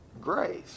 Grace